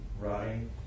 rotting